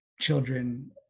children